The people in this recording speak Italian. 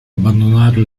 abbandonare